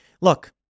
Look